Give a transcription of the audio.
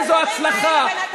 איזו הצלחה,